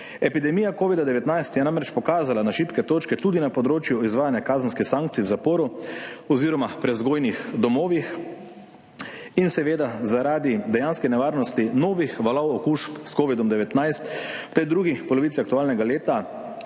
Epidemija covida-19 je namreč pokazala šibke točke tudi na področju izvajanja kazenskih sankcij v zaporu oziroma prevzgojnih domovih. Zaradi dejanske nevarnosti novih valov okužb s covidom-19 v tej drugi polovici aktualnega leta